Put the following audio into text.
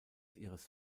ihres